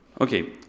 Okay